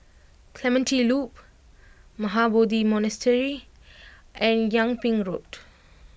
Clementi Loop Mahabodhi Monastery and Yung Ping Road